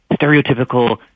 stereotypical